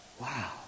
Wow